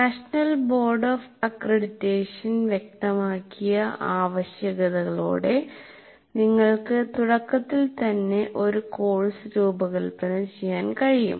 national board of accreditation വ്യക്തമാക്കിയ ആവശ്യകതകളോടെ നിങ്ങൾക്ക് തുടക്കത്തിൽ തന്നെ ഒരു കോഴ്സ് രൂപകൽപ്പന ചെയ്യാൻ കഴിയും